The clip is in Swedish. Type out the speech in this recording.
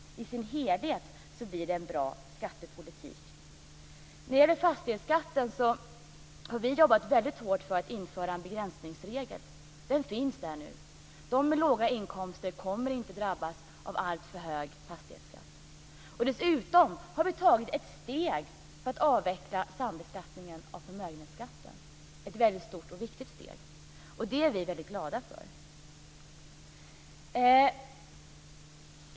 I sin helhet blir det en bra skattepolitik. När det gäller fastighetsskatten har vi jobbat hårt för att införa en begränsningsregel. Den finns där nu. De med låga inkomster kommer inte att drabbas av alltför hög fastighetsskatt. Dessutom har vi tagit ett steg för att avveckla sambeskattningen av förmögenhetsskatten - ett stort och viktigt steg. Det är vi väldigt glada för.